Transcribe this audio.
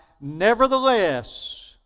Nevertheless